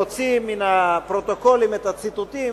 להוציא מן הפרוטוקולים את הציטוטים